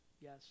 yes